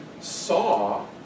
saw